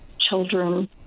children